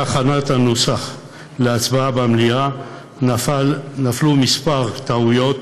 בהכנת הנוסח להצבעה במליאה נפלו כמה טעויות